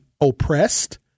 oppressed